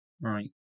right